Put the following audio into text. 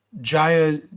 jaya